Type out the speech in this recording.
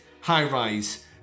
high-rise